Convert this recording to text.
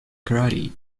karate